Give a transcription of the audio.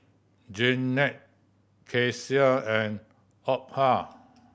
Jeannette Kecia and Opha